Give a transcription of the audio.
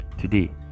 Today